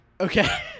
Okay